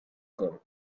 kong